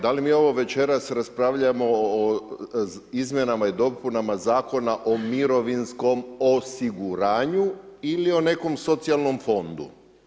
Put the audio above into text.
Da li mi ovo večeras raspravljamo o izmjenama i dopunama Zakona o mirovinskom osiguranju ili o nekom socijalnom fondu?